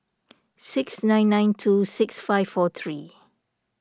six nine nine two six five four three